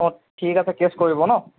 অঁ ঠিক আছে কেছ কৰিব ন'